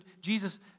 Jesus